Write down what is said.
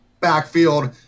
backfield